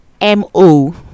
mo